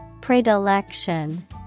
Predilection